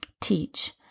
teach